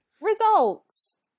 Results